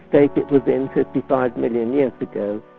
state it was in fifty five million years ago.